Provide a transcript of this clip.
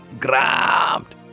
Grabbed